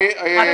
אתה